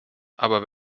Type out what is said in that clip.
aber